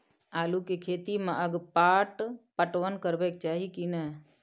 आलू के खेती में अगपाट पटवन करबैक चाही की नय?